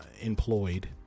employed